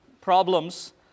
problems